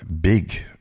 big